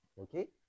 Okay